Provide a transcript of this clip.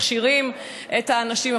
מכשירים את האנשים,